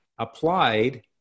applied